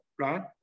right